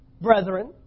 brethren